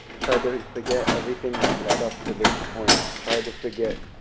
tried to forget everything that led up to this point. tried to forget